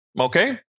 okay